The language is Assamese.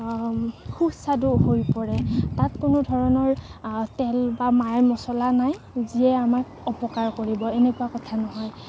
সুস্বাদু হৈ পৰে তাত কোনো ধৰণৰ তেল বা মা মচলা নাই যিয়ে আমাক অপকাৰ কৰিব এনেকুৱা কথা নহয়